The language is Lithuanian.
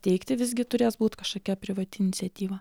teikti visgi turės būt kažkokia privati iniciatyva